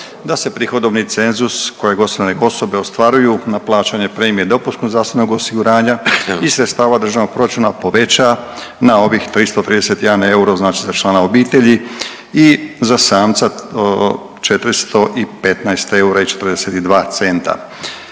da se prihodovni cenzus kojeg osigurane osobe ostvaruju na plaćanje premije dopunskog zdravstvenog osiguranja iz sredstava državnog proračuna poveća na ovih 331 euro znači za člana obitelji i za samca 415 eura i 42 centa.